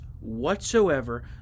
whatsoever